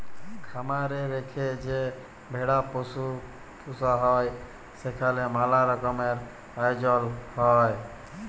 খামার এ রেখে যে ভেড়া পুসা হ্যয় সেখালে ম্যালা রকমের আয়জল হ্য়য়